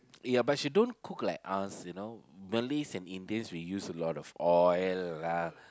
ya but she don't cook like us you know Malays and Indians we use a lot of oil